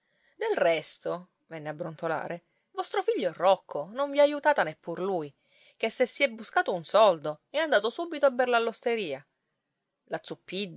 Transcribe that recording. del resto venne a brontolare vostro figlio rocco non vi ha aiutata neppur lui ché se si è buscato un soldo è andato subito a berlo all'osteria la